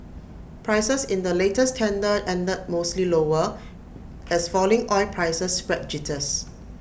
prices in the latest tender ended mostly lower as falling oil prices spread jitters